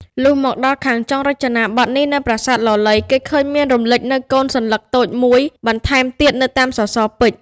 លុះមកដល់ខាងចុងរចនាបថនេះនៅប្រាសាទលលៃគេឃើញមានរំលេចនូវកូនសន្លឹកតូចមួយបន្ថែមទៀតនៅតាមសសរពេជ្រ។